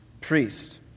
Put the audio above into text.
priest